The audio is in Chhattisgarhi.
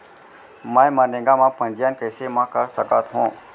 मैं मनरेगा म पंजीयन कैसे म कर सकत हो?